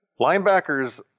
Linebackers